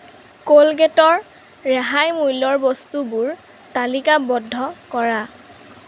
কলগেটৰ ৰেহাই মূল্যৰ বস্তুবোৰ তালিকাবদ্ধ কৰা